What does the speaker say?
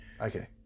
Okay